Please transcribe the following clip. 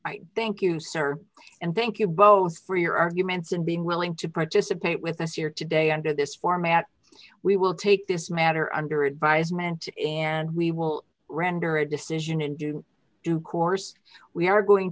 i thank you sir and thank you both for your arguments and being willing to participate with us here today under this format we will take this matter under advisement and we will render a decision and do due course we are going